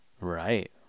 right